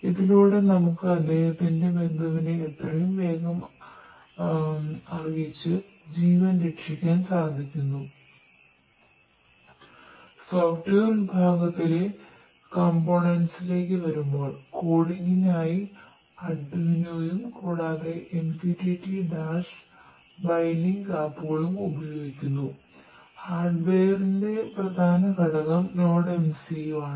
ഇതിലൂടെ നമുക്ക് അദ്ദേഹത്തിന്റെ ബന്ധുവിനെ എത്രയും വേഗം അറിയിച്ച് ജീവൻ രക്ഷിക്കാൻ സാധിക്കുന്നു സോഫ്റ്റ്വെയർ പ്രധാന ഘടകം NodeMCU ആണ്